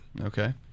Okay